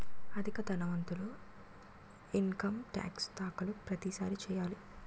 అధిక ధనవంతులు income tax దాఖలు ప్రతిసారి చేయాలి